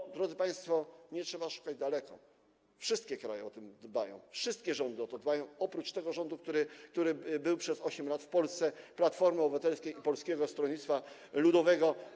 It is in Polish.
I drodzy państwo, nie trzeba szukać daleko: wszystkie kraje o to dbają, wszystkie rządy o to dbają, oprócz tego rządu, który był przez 8 lat w Polsce, Platformy Obywatelskiej i Polskiego Stronnictwa Ludowego.